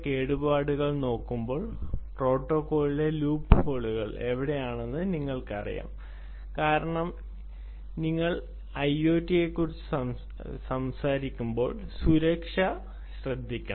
കേടുപാടുകൾ നോക്കുമ്പോൾ പ്രോട്ടോക്കോളിലെ ലൂപ്ഹോളുകൾ എവിടെയാണെന്ന് നിങ്ങൾക്കറിയാം കാരണം നിങ്ങൾ ഐഒടിയെക്കുറിച്ച് സംസാരിക്കുമ്പോൾ സുരക്ഷ ശ്രദ്ധിക്കണം